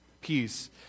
peace